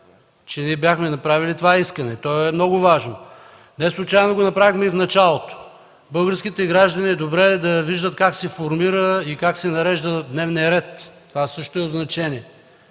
че бяхме направили това искане. То е много важно. Неслучайно го направихме в началото. Българските граждани е добре да виждат как се формира и нарежда дневният ред. Това също е от значение.